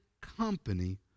company